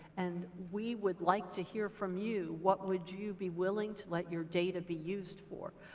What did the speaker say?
and we would like to hear from you what would you be willing to let your data be used for?